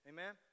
Amen